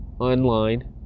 online